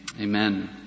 Amen